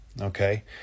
okay